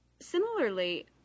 Similarly